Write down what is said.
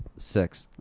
six.